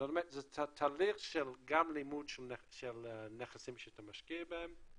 זאת אומרת זה תהליך של גם לימוד של הנכסים שאתה משקיע בהם,